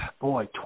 boy